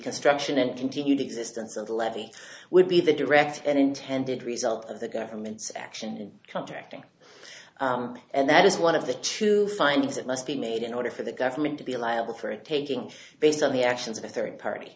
construction and continued existence of the levy would be the direct and intended result of the government's action contracting and that is one of the two finds it must be made in order for the government to be liable for it taking place on the actions of a third party